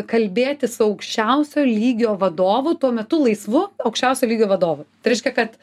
kalbėtis su aukščiausio lygio vadovu tuo metu laisvu aukščiausio lygio vadovu tai reiškia kad